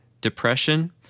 depression